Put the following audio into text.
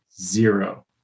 zero